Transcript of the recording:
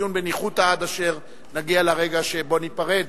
הדיון בניחותא עד אשר נגיע לרגע שבו ניפרד